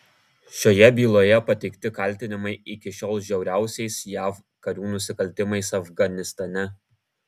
šioje byloje pateikti kaltinimai iki šiol žiauriausiais jav karių nusikaltimais afganistane